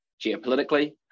geopolitically